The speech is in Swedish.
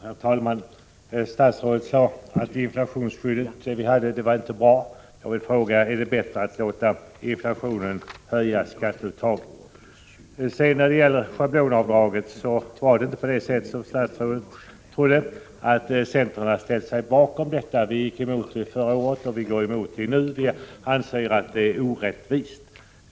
Herr talman! Statsrådet sade att det inflationsskydd som vi hade inte var bra. Jag vill fråga: Är det bättre att låta inflationen höja skatteuttaget? När det gäller schablonavdraget var det inte så som statsrådet trodde, att centern ställt sig bakom förslaget. Vi gick emot det förra året, och vi går emot det nu. Vi anser att det är orättvist.